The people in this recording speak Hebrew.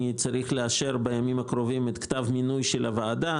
אני צריך לאשר בימים הקרובים את כתב המינוי של הוועדה.